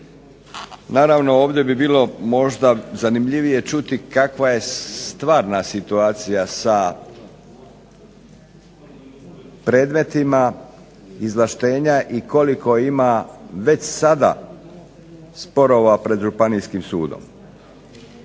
Naravno ovdje bi bilo zanimljivo čuti kakva je stvarna situacija sa predmetima, izvlaštenja i koliko ima već sada sporova pred županijskim sudom.